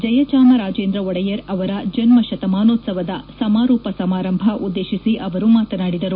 ಜಯಚಾಮರಾಜೇಂದ್ರ ಒಡೆಯರ್ ಅವರ ಜನ್ಮ ಶತಮಾನೋತ್ಸವದ ಸಮಾರೋಪ ಸಮಾರಂಭ ಉದ್ದೇಶಿಸಿ ಅವರು ಮಾತನಾಡಿದರು